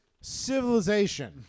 civilization